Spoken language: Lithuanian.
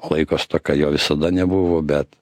laiko stoka jo visada nebuvo bet